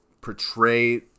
portray